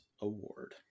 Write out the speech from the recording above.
Award